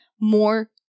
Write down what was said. more